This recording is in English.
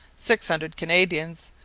six hundred canadians,